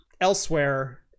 elsewhere